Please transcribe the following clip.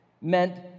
meant